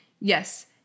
Yes